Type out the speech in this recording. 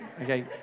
Okay